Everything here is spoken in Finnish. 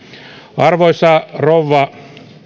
arvoisa rouva